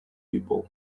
people